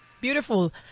Beautiful